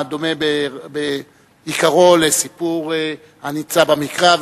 הדומה בעיקרו לסיפור הנמצא במקרא,